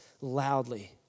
loudly